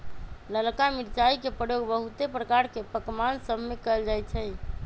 ललका मिरचाई के प्रयोग बहुते प्रकार के पकमान सभमें कएल जाइ छइ